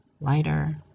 lighter